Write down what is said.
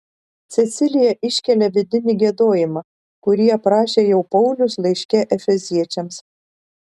cecilija iškelia vidinį giedojimą kurį aprašė jau paulius laiške efeziečiams